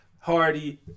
Hardy